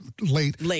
Late